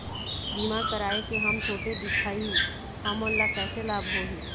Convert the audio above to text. बीमा कराए के हम छोटे दिखाही हमन ला कैसे लाभ होही?